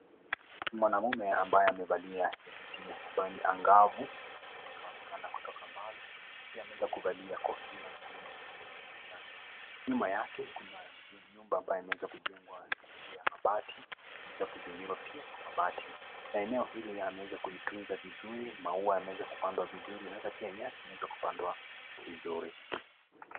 Mwanaume ambaye amevalia jaketi ambayo ni angavu inaonekana kutoka mbali pia ameweza kuvalia kofia ngumu kwenye kichwa chake. Nyuma yake, kuna nyumba ambayo imeweza kujengwa kwa njia mabati imeweza kuzingirwa pia kwa mabati. Na eneo ili ameweza kuitunza vizuri maua yameweza kupandwa vizuri na hata pia nyasi yameweza kupandwa vizuri.